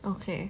okay